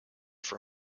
for